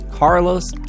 Carlos